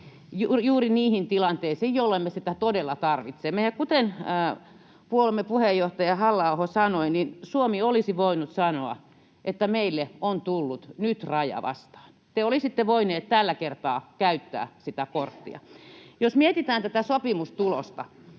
juuri niihin tilanteisiin, jolloin me sitä todella tarvitsemme. Ja kuten puolueemme puheenjohtaja Halla-aho sanoi, niin Suomi olisi voinut sanoa, että meille on tullut nyt raja vastaan. Te olisitte voineet tällä kertaa käyttää sitä korttia. Jos mietitään tätä sopimustulosta: